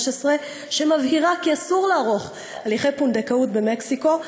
שמבהירה כי אסור לערוך הליכי פונדקאות במקסיקו,